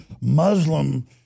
Muslim